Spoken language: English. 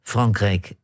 Frankrijk